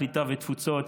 הקליטה והתפוצות,